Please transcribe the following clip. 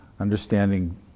understanding